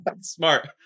Smart